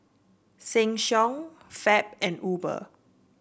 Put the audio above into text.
Sheng Siong Fab and Uber